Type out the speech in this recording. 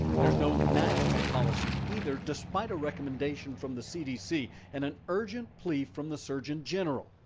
there's no national policy either despite a recommendation from the cdc and an urgent plea from the surgeon general.